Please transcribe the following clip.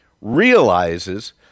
realizes